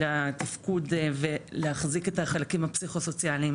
התפקוד ולהחזיק את החלקים הפסיכו-סוציאליים